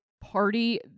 party